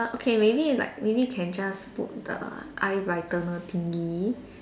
okay maybe it's like maybe can just put the eye brightener thingy